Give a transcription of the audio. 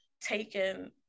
Taken